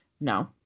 No